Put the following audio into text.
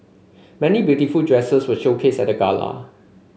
many beautiful dresses were showcased at the Gala